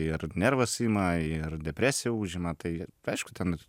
ir nervas ima ir depresija užima tai aišku ten